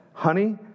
Honey